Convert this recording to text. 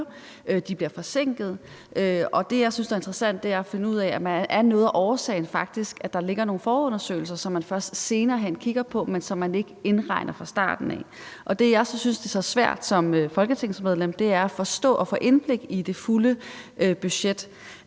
de bliver forsinkede, og det jeg synes er interessant er at finde ud af, om noget af årsagen faktisk er, at der ligger nogle forundersøgelser, som man først senere hen kigger på, men som man ikke indregner fra starten. Jeg synes, det er svært som folketingsmedlem at forstå og få indblik i det fulde budget.